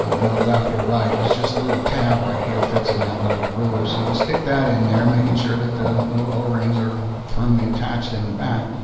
no left or right it's just a little tab right here fits in that little groove so you stick that in there making sure that the little o rings are firmly attached in the back.